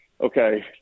Okay